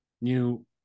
new